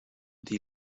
die